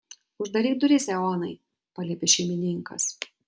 uždaryk duris eonai paliepė šeimininkas